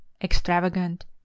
extravagant